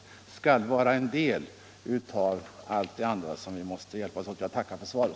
Jag tackar än en gång för svaret.